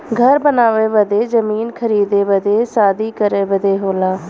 घर बनावे बदे जमीन खरीदे बदे शादी करे बदे होला